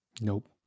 Nope